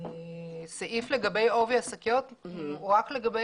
הסעיף לגבי עובי השקיות הוא רק לגבי